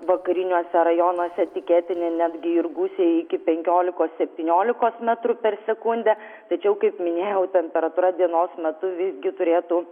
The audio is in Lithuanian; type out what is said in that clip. vakariniuose rajonuose tikėtini netgi ir gūsiai iki penkiolikos septyniolikos metrų per sekundę tačiau kaip minėjau temperatūra dienos metu visgi turėtų